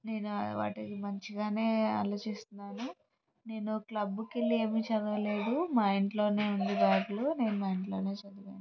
నేను వాటిని మంచిగానే ఆలోచిస్తున్నాను నేను క్లబ్ కెళ్ళి ఏమీ చదవలేదు మా ఇంట్లోనే ఉంది బైబిలు నేను మా ఇంట్లోనే చదివాను